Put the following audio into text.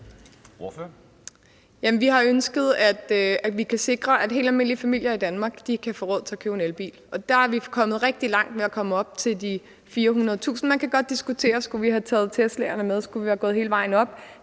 Vi har ønsket at sikre, at helt almindelige familier i Danmark kan få råd til at købe en elbil. Der er vi kommet rigtig langt ved at komme op mod de 400.000 kr. Man kan diskutere, om vi skulle have taget Teslaerne med, om vi skulle være gået hele vejen op.